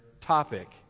topic